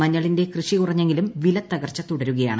മഞ്ഞളിന്റെ കൃഷി കുറഞ്ഞെങ്കിലും വിലത്തകർച്ച തുടരുകയാണ്